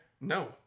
No